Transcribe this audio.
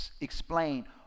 explain